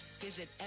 Visit